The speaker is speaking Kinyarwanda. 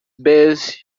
base